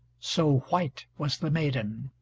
so white was the maiden.